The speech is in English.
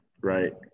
right